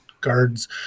guards